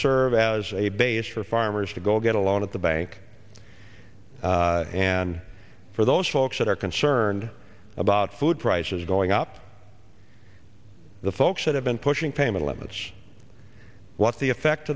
serve as a basis for farmers to go get a loan at the bank and for those folks that are concerned about food prices going up the folks that have been pushing payment limits what the effect